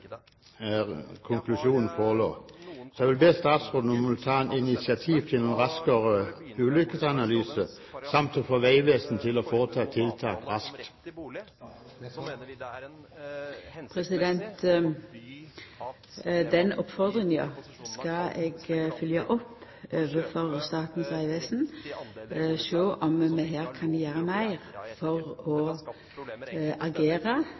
konklusjonen forelå. Så jeg vil be statsråden ta initiativ til en raskere ulykkesanalyse samt å få Vegvesenet til å foreta tiltak raskt. Den oppfordringa skal eg følgja opp overfor Statens vegvesen for å sjå om vi her kan gjera meir for å